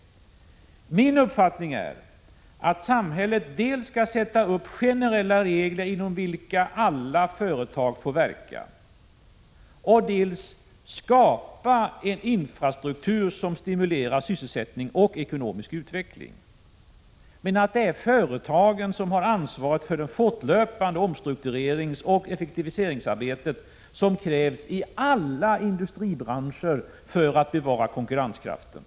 Min uppfattning är att samhället dels skall sätta upp generella ramar inom vilka alla företag får verka, dels skapa en infrastruktur som stimulerar sysselsättning och ekonomisk utveckling, men att företagen har ansvaret för det fortlöpande omstruktureringsoch effektiviseringsarbete som krävs inom alla industribranscher för att bevara konkurrenskraften.